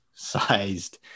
sized